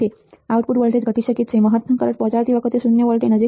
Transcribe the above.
નોંધ output voltage ઘટી શકે છે મહત્તમ કરંટ પહોંચાડતી વખતે શૂન્ય વોલ્ટની નજીક